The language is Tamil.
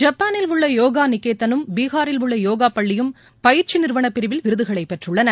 ஜப்பானில் உள்ள யோகா நிகேதனும் பீகாரில் உள்ள யோன பள்ளியும் பயிற்சி நிறுவனப் பிரிவில் விருதுகளைப் பெற்றுள்ளன